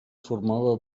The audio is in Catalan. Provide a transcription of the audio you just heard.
formava